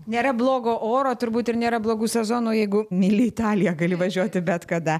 nėra blogo oro turbūt ir nėra blogų sezonų jeigu myli italiją gali važiuoti bet kada